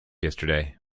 yesterday